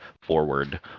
forward